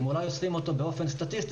הם אולי אוספים אותו באופן סטטיסטי